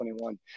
2021